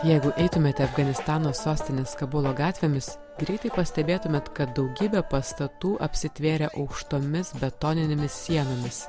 jeigu eitumėte afganistano sostinės kabulo gatvėmis greitai pastebėtumėt kad daugybė pastatų apsitvėrę aukštomis betoninėmis sienomis